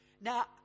Now